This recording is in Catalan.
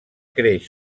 creix